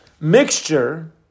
mixture